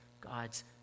God's